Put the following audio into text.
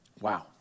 Wow